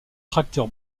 tracteur